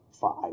five